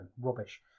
Rubbish